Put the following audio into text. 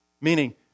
Meaning